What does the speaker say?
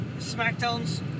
SmackDowns